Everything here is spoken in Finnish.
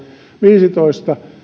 viisitoista